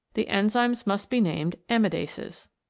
the enzymes must be named amidases.